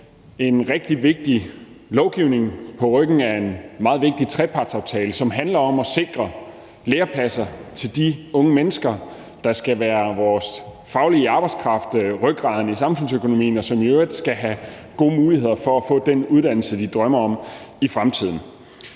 en rigtig vigtig lovgivning på ryggen af en meget vigtig trepartsaftale, som handler om at sikre lærepladser til de unge mennesker, der skal være vores faglige arbejdskraft, rygraden i samfundsøkonomien, og som i øvrigt skal have gode muligheder for at få den uddannelse, de drømmer om i fremtiden.